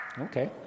Okay